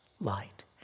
light